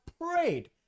prayed